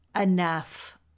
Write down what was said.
enough